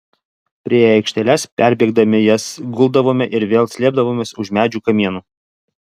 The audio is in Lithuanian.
priėję aikšteles perbėgdami jas guldavome ir vėl slėpdavomės už medžių kamienų